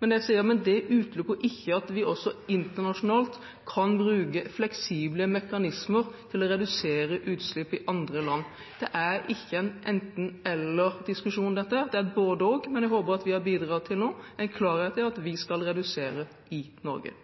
Men jeg sier at det utelukker ikke at vi også internasjonalt kan bruke fleksible mekanismer til å redusere utslipp i andre land. Det er ikke en enten–eller-diskusjon dette, det er et både–og. Men jeg håper at vi nå har bidratt til en klarhet i at vi skal redusere i Norge.